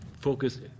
focus